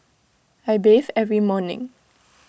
I bathe every morning